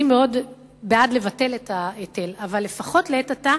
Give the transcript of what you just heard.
אני מאוד בעד לבטל את ההיטל, אבל לפחות לעת עתה